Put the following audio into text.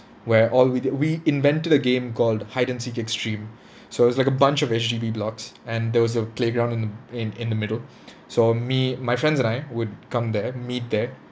where all we did we invented a game called hide and seek extreme so it was like a bunch of H_D_B blocks and there was a playground in in in the middle so me my friends and I would come there meet there